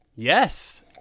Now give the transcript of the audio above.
Yes